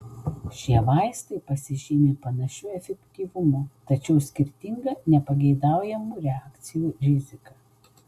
šie vaistai pasižymi panašiu efektyvumu tačiau skirtinga nepageidaujamų reakcijų rizika